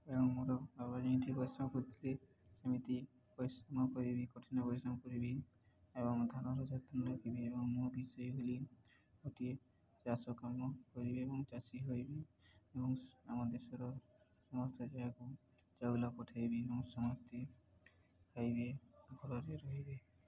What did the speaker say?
ଏବଂ ମୋର ବାବା ଯେଠ ପରିଶ୍ରମ କରିଥିଲେ ସେମିତି ପରିଶ୍ରମ କରିବି କଠିନ ପରିଶ୍ରମ କରିବି ଏବଂ ଧାନର ଯତ୍ନ ରଖିବି ଏବଂ ମୋ ବିଷୟ ବୋଲି ଗୋଟିଏ ଚାଷ କାମ କରିବି ଏବଂ ଚାଷୀ ହୋଇବି ଏବଂ ଆମ ଦେଶର ସମସ୍ତେ ଜାଗାକୁ ଚାଉଳ ପଠାଇବି ଏବଂ ସମସ୍ତେ ଖାଇବି ଘଲରେ ରହିବି